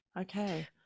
Okay